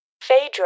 Phaedra